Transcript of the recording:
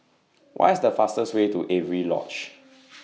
What IS The fastest Way to Avery Lodge